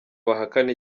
bahakana